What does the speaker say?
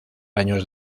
años